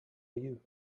you